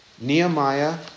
Nehemiah